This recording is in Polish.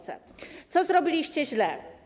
Co zrobiliście źle?